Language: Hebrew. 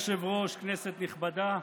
אדוני היושב-ראש, כנסת נכבדה,